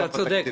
אתה צודק.